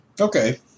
okay